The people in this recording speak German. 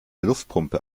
luftpumpe